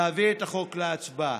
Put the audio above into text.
להביא את החוק להצבעה.